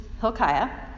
Hilkiah